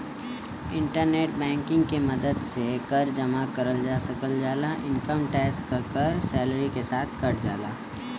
internet banking के मदद से कर जमा करल जा सकल जाला इनकम टैक्स क कर सैलरी के साथ कट जाला